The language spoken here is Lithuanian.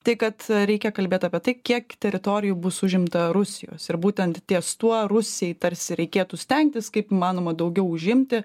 tai kad reikia kalbėt apie tai kiek teritorijų bus užimta rusijos ir būtent ties tuo rusijai tarsi reikėtų stengtis kaip įmanoma daugiau užimti